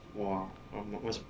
!wah! um what's